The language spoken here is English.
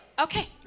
Okay